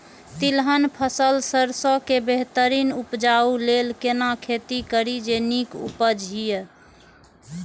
तिलहन फसल सरसों के बेहतरीन उपजाऊ लेल केना खेती करी जे नीक उपज हिय?